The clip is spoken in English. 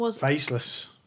Faceless